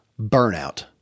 burnout